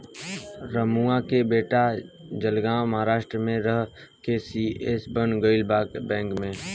रमुआ के बेटा जलगांव महाराष्ट्र में रह के सी.ए बन गईल बा बैंक में